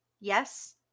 Yes